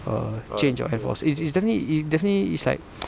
err change or enforce it's it's definitely it's definitely it's like